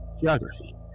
geography